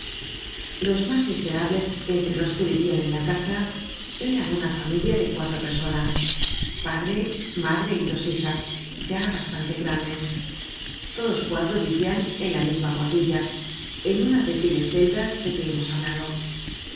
los mas miserables entre los que vivian en la casa eran una familia de cuatro personas padre madre y dos hijas ya bastante grandes todos cuatro vivian en la misma buhardilla en una de aquellas celdas de que hemos hablado